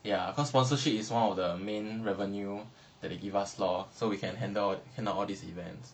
ya cause sponsorship is one of the main revenue that they give us lor so we can handle all these events